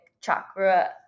chakra